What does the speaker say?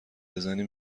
بزنی